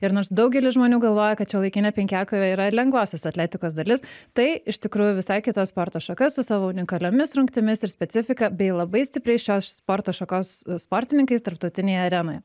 ir nors daugelis žmonių galvoja kad šiuolaikinė penkiakovė yra lengvosios atletikos dalis tai iš tikrųjų visai kita sporto šaka su savo unikaliomis rungtimis ir specifika bei labai stipriais šios sporto šakos sportininkais tarptautinėje arenoje